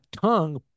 tongue